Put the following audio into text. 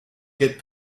get